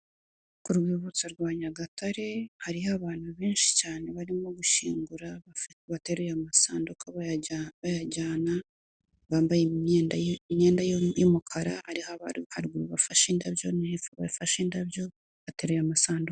Ku rwibutso rwa Nyagatare, hariho abantu benshi cyane barimo gushyingura. Bteruye amasanduku bayajyana, bambaye imyenda y'umukara harimo bafashe indabyo, batereye amasanduku